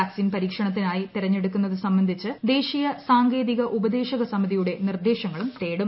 vaccine പരീക്ഷണത്തിനായി തെരഞ്ഞെടുക്കുന്നത് സംബന്ധിച്ച് ദേശീയ സാങ്കേതിക ഉപദേശക സമിതിയുടെ നിർദ്ദേശങ്ങളും തേടും